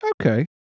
okay